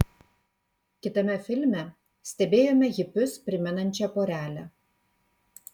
kitame filme stebėjome hipius primenančią porelę